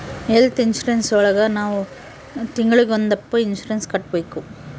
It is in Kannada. ಹೆಲ್ತ್ ಇನ್ಸೂರೆನ್ಸ್ ಒಳಗ ನಾವ್ ತಿಂಗ್ಳಿಗೊಂದಪ್ಪ ಇನ್ಸೂರೆನ್ಸ್ ಕಟ್ಟ್ಬೇಕು